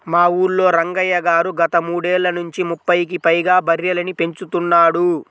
మా ఊల్లో రంగయ్య గారు గత మూడేళ్ళ నుంచి ముప్పైకి పైగా బర్రెలని పెంచుతున్నాడు